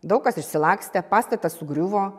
daug kas išsilakstė pastatas sugriuvo